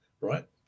right